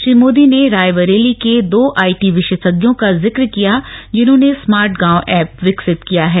श्री मोदी ने रायबरेली के दो आई टी विशेषज्ञों का जिक्र किया जिन्होंने स्मार्टगांव एप विकसित किया है